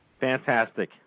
Fantastic